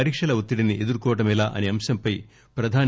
పరీక్షల ఒత్తిడిని ఎదుర్కోవడమెలా అసే అంశంపై ప్రధాని